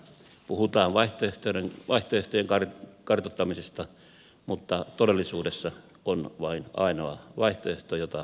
puhutaan vaihtoehtojen kartoittamisesta mutta todellisuudessa on vain ainoa vaihtoehto jota valmistellaan